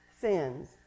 sins